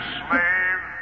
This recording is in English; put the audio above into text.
slave